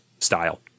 style